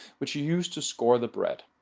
which you use to score the bread.